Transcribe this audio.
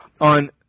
on